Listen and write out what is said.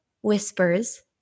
whispers